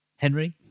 Henry